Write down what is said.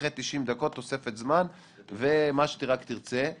אחרי 90 דקות תוספת זמן ומה שרק תרצה.